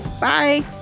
Bye